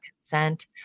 consent